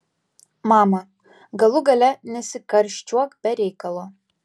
mama galų gale nesikarščiuok be reikalo